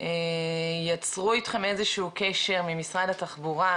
יצרו איתכם איזשהו קשר ממשרד התחבורה,